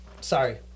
Sorry